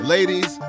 Ladies